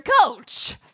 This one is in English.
coach